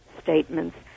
statements